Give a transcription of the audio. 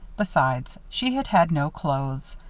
besides she had had no clothes.